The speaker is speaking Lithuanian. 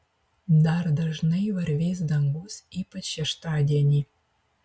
dar dažnai varvės dangus ypač šeštadienį